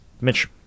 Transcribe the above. Mitch